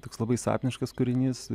toks labai sapniškas kūrinys